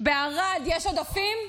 בערד יש עודפים?